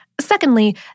Secondly